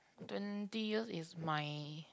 twenty years is my